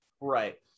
Right